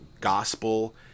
gospel